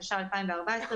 התשע"ה-2014,